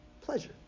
pleasure